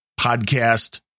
podcast